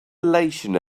elation